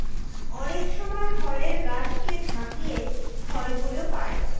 অনেক সময় ফলের গাছকে ঝাকিয়ে ফল গুলো পাই